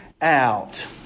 out